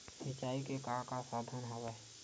सिंचाई के का का साधन हवय?